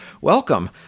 Welcome